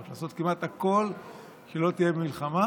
ולעשות כמעט הכול כדי שלא תהיה מלחמה,